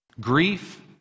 grief